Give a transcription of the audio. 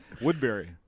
Woodbury